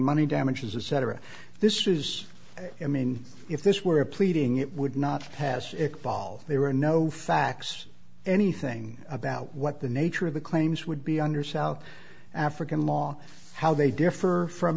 money damages etc this is in if this were a pleading it would not pass if they were no facts anything about what the nature of the claims would be under south african law how they differ from